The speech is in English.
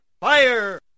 fire